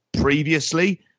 previously